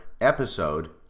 episode